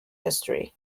history